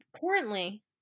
currently